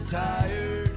tired